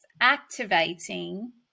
activating